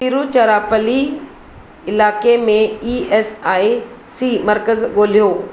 तिरूचरापली इलाइके में E S I C मर्कज़ ॻोल्हियो